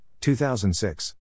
2006